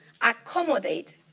accommodate